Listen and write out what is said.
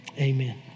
amen